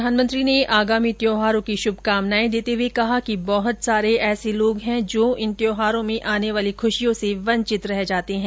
प्रधानमंत्री ने आगामी त्यौहारों की शुभकामनाएं देते हुए कहा कि बहुत सारे ऐसे लोग हैं जो इन त्यौहारों में आने वाली खुशियों से वंचित हो जाते हैं